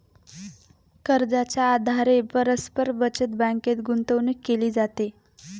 कर्जाच्या आधारे परस्पर बचत बँकेत गुंतवणूक केली जाते